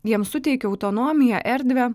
jiems suteikiu autonomiją erdvę